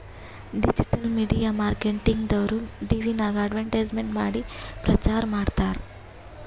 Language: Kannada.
ಡಿಜಿಟಲ್ ಮೀಡಿಯಾ ಮಾರ್ಕೆಟಿಂಗ್ ದವ್ರು ಟಿವಿನಾಗ್ ಅಡ್ವರ್ಟ್ಸ್ಮೇಂಟ್ ಮಾಡಿ ಪ್ರಚಾರ್ ಮಾಡ್ತಾರ್